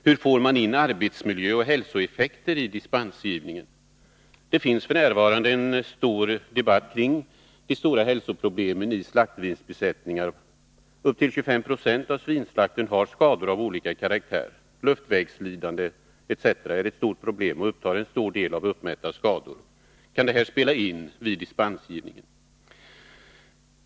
Hur får man in arbetsmiljö och hälsoeffekter i dispensgivningen? Det finns f. n. en stor debatt kring de stora hälsoproblemen i slaktsvinsbesättningar. Upp till 25 Jo av svinslakten har skador av olika karaktär. Luftvägslidande etc. är ett stort problem och upptar en stor del av de uppmätta skadorna. Kan detta spela in vid dispensgivningen?